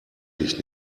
dich